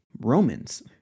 Romans